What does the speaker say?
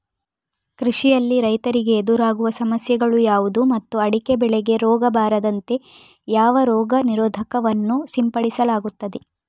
ಕೃಷಿಯಲ್ಲಿ ರೈತರಿಗೆ ಎದುರಾಗುವ ಸಮಸ್ಯೆಗಳು ಯಾವುದು ಮತ್ತು ಅಡಿಕೆ ಬೆಳೆಗೆ ರೋಗ ಬಾರದಂತೆ ಯಾವ ರೋಗ ನಿರೋಧಕ ವನ್ನು ಸಿಂಪಡಿಸಲಾಗುತ್ತದೆ?